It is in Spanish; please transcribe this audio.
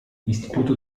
instituto